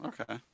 okay